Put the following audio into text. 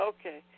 Okay